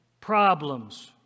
problems